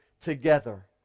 together